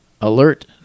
Alert